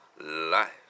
life